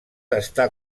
està